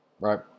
Right